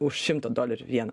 už šimtą dolerių vieną